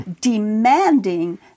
demanding